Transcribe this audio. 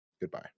goodbye